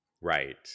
Right